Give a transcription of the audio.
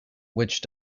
which